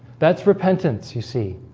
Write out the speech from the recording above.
that's repentance you see